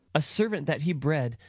a servant that he bred,